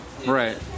Right